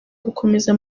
gukomeza